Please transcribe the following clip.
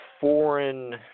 foreign